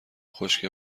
خشکه